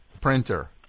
printer